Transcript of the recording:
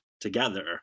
together